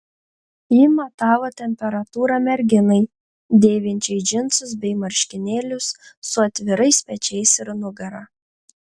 ji matavo temperatūrą merginai dėvinčiai džinsus bei marškinėlius su atvirais pečiais ir nugara